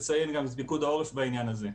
צריך לציין גם את פיקוד העורף בעניין הזה.